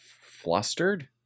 flustered